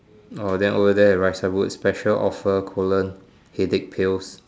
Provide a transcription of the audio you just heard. oh then over there it writes some wood special offer colon headache pills